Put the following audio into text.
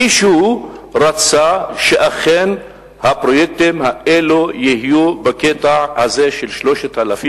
מישהו רצה שאכן הפרויקטים האלו יהיו בקטע הזה של 3,000